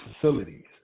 facilities